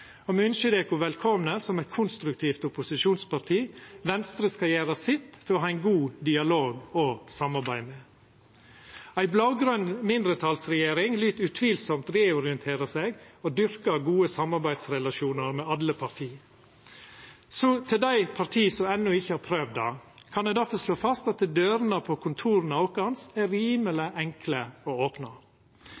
og me ynskjer dei velkomne som eit konstruktivt opposisjonsparti. Venstre skal gjera sitt for å ha ein god dialog og eit godt samarbeid. Ei blå-grøn mindretalsregjering lyt utvilsamt reorientera seg og dyrka gode samarbeidsrelasjonar med alle parti. Så til dei partia som enno ikkje har prøvd det, kan eg difor slå fast at dørene til kontora våre er rimeleg